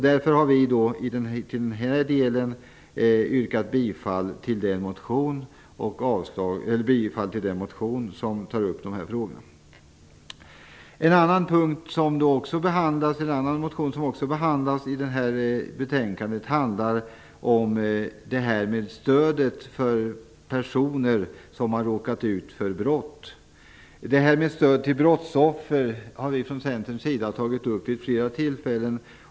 Därför har vi i den delen yrkat bifall till den motion där de här frågorna tas upp. En annan motion som också behandlas i det här betänkandet handlar om stödet till personer som har råkat ut för brott. Frågan om stöd till brottsoffer har vi i Centern tagit upp vid flera tillfällen.